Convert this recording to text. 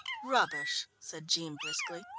rubbish! said jean briskly.